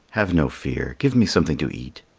have no fear give me something to eat.